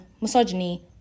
misogyny